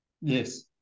yes